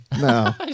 No